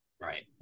Right